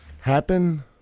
happen